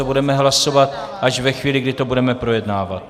To budeme hlasovat až ve chvíli, kdy to budeme projednávat.